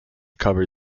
covered